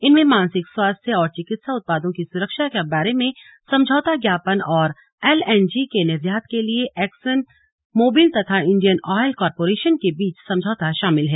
इनमें मानसिक स्वास्थ्य और चिकित्सा उत्पादों की सुरक्षा के बारे में समझौता ज्ञापन और एलएनजी के निर्यात के लिए एक्सन मोबिल तथा इंडियन ऑयल कॉरपोरेशन के बीच समझौता शामिल है